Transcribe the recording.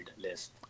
list